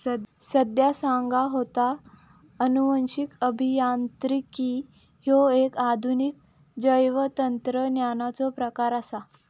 संध्या सांगा होता, अनुवांशिक अभियांत्रिकी ह्यो एक आधुनिक जैवतंत्रज्ञानाचो प्रकार आसा